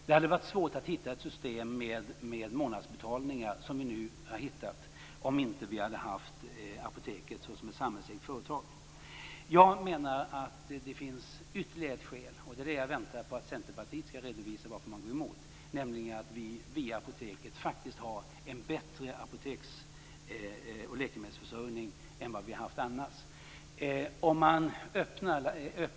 Det skulle ha varit svårt att hitta det system med månadsbetalningar som vi nu hittat om vi inte hade haft Jag menar att det finns ytterligare ett skäl, och där väntar jag mig att Centerpartiet skall redovisa varför man går emot, nämligen att vi via Apoteket faktiskt har en bättre apoteks och läkemedelsförsörjning än vi annars skulle ha haft.